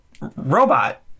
robot